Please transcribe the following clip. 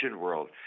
world